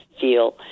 feel